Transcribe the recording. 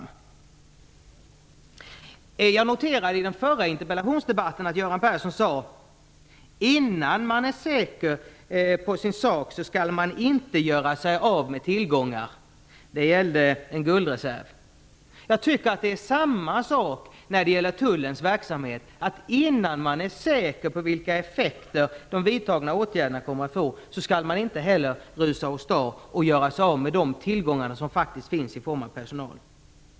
Jag noterade att Göran Persson i den förra interpellationsdebatten sade, att innan man är säker på sin sak skall man inte göra sig av med tillgångar. Det gällde en guldreserv. Jag tycker att det är samma sak med tullens verksamhet; innan man är säker på vilka effekter de vidtagna åtgärderna kommer att få skall man inte heller rusa åstad och göra sig av med de tillgångar som finns i form av personal.